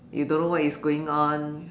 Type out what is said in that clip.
you don't know what is going on